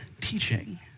teaching